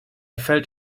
felt